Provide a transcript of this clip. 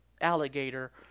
alligator